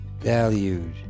valued